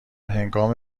هنگام